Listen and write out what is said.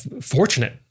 fortunate